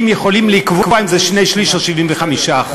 יכולים לקבוע אם זה שני-שלישים או 75%,